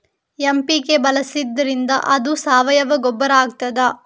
MPK ಬಳಸಿದ್ದರಿಂದ ಅದು ಸಾವಯವ ಗೊಬ್ಬರ ಆಗ್ತದ?